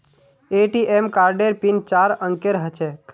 ATM कार्डेर pin चार अंकेर ह छेक